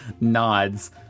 nods